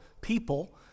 people